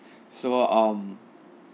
so um